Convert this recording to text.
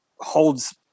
holds